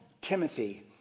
Timothy